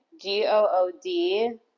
G-O-O-D